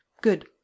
Good